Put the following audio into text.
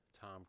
Tom